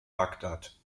bagdad